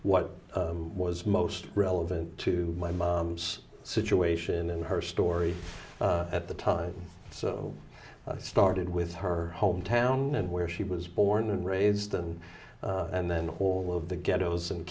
what was most relevant to my mom's situation and her story at the time so i started with her hometown and where she was born and raised and and then all of the ghettos and